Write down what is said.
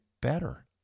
better